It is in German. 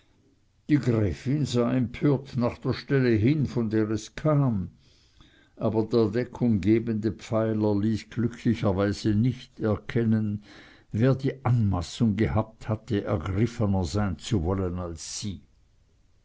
empört nach der stelle hin von der es kam aber der deckunggebende pfeiler ließ glücklicherweise nicht erkennen wer die anmaßung gehabt hatte ergriffener sein zu wollen als sie